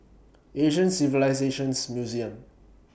Asian Civilisations Museum